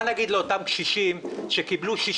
מה נגיד לאותם קשישים שקיבלו עוד פעם 6